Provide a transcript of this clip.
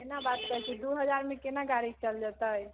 केना बात करैत छियै दू हजारमे केना गाड़ी चलि जेतै